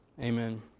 Amen